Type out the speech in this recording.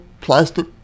plastic